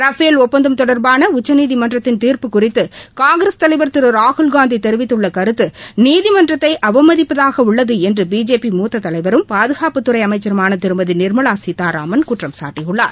Rafale ஒப்பந்தம் தொடர்பான உச்சநீதிமன்றத்தின் தீர்ப்பு குறித்து காங்கிரஸ் தலைவர் திரு ராகுல்காந்தி தெரிவித்துள்ள கருத்து நீதிமன்றத்தை அவமதிப்பதாக உள்ளது என்று பிஜேபி மூத்த தலைவரும் பாதுகாப்புத்துறை அமைச்சருமான திருமதி நிர்மவா சீத்தாராமன் குற்றம் சாட்டியுள்ளார்